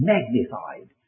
Magnified